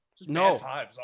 No